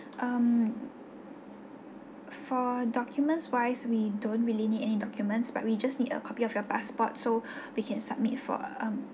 um for documents wise we don't really need any documents but we just need a copy of your passport so we can submit for um